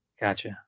Gotcha